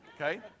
Okay